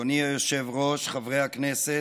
אדוני היושב-ראש, חברי הכנסת,